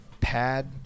pad